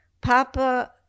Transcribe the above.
papa